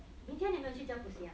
明天你没有去教补习 ah